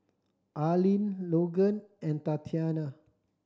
Arlene Logan and Tatiana